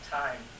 time